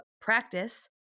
practice